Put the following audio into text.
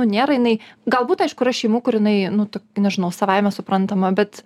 nu nėra jinai galbūt aišku yra šeimų kur jinai nu nežinau savaime suprantama bet